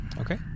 Okay